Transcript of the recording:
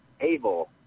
able